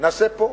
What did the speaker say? נעשה פה.